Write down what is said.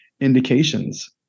indications